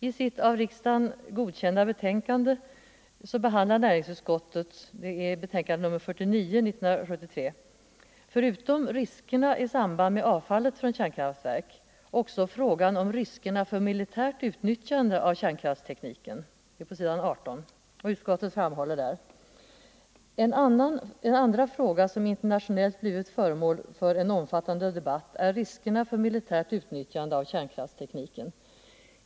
I sitt av riksdagen godkända betänkande nr 49 år 1973 behandlar näringsutskottet förutom riskerna i samband med avfallet från kärnkraftverk också frågan om riskerna för militärt utnyttjande av kärnkraftstekniken. Utskottet framhöll på s. 18 och 19: ”En andra fråga som internationellt blivit föremål för en omfattande debatt är riskerna för militärt utnyttjande av kärnkraftstekniken.